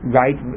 right